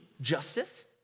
justice